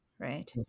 right